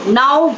now